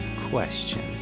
question